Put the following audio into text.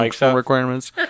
requirements